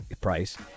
price